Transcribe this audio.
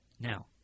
now